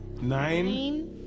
Nine